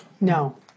no